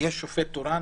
יש שופט תורן